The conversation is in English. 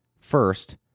First